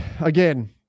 Again